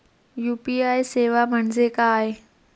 UPI सेवा म्हणजे काय?